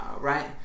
Right